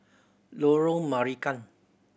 Lorong Marican